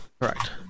Correct